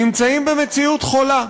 נמצאים במציאות חולה.